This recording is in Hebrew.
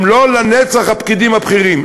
הם לא לנצח הפקידים הבכירים.